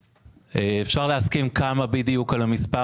אפשר להסכים כמה בדיוק על המספר,